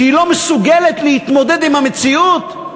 שהיא לא מסוגלת להתמודד עם המציאות?